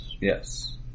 Yes